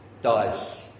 dice